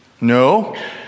No